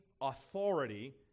authority